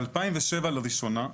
ב-2007 לראשונה,